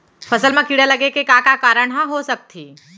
फसल म कीड़ा लगे के का का कारण ह हो सकथे?